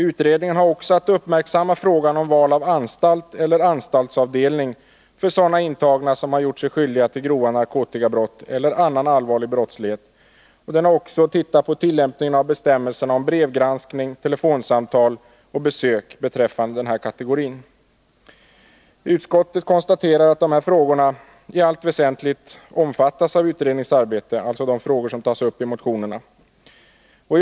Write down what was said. Utredningen har vidare att uppmärksamma frågan om val av anstalt eller anstaltsavdelning för sådana intagna som har gjort sig skyldiga till grova narkotikabrott eller annan allvarlig brottslighet, samt tillämpningen av bestämmelserna om brevgranskning, telefonsamtal och besök beträffande den nämnda kategorin intagna. Utskottet konstaterar att de frågor som tas upp i de berörda motionerna i allt väsentligt omfattas av utredningens arbete.